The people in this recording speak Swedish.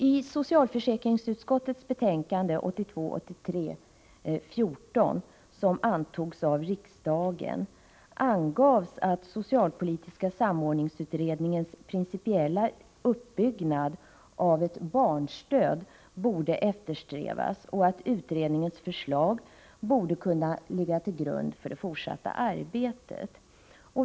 I socialförsäkringsutskottets betänkande 1982/83:14, som antogs av riksdagen, angavs att socialpolitiska samordningsutredningens principiella uppbyggnad av ett barnstöd borde eftersträvas och att utredningens förslag borde kunna ligga till grund för det fortsatta arbetet.